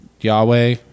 Yahweh